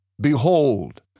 behold